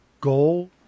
goal